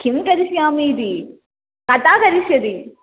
किं करिष्यामि इति कथं करिष्यति